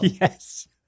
Yes